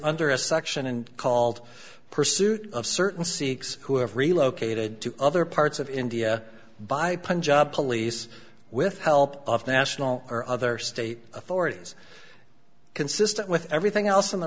under a section and called pursuit of certain sikhs who have relocated to other parts of india by punjab police with help of the national or other state authorities consistent with everything else in the